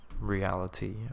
reality